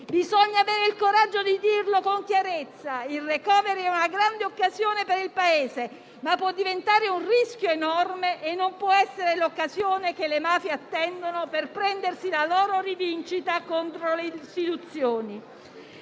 Bisogna avere il coraggio di dirlo con chiarezza: il *recovery* è una grande occasione per il Paese, ma può diventare un rischio enorme e non può essere l'occasione che le mafie attendono per prendersi la loro rivincita contro le istituzioni.